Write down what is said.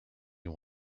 you